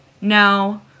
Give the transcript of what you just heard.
no